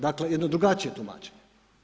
Dakle, jedno drugačije tumačenje.